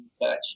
touch